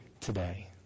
today